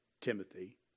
Timothy